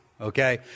okay